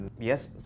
Yes